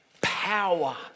power